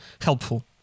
helpful